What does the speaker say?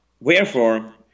Wherefore